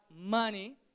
money